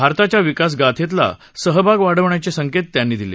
भारताच्या विकासगाथेतला सहभाग वाढवण्याचे संकेत त्यांनी दिले